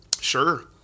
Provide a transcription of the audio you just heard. sure